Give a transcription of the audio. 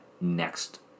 next